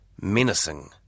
menacing